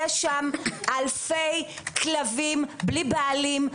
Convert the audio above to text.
יש שם אלפי כלבים בלי בעלים,